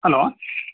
hello